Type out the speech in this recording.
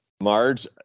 Marge